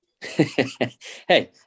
Hey